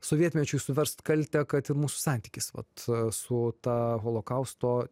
sovietmečiui suverst kaltę kad ir mūsų santykis vat su ta holokausto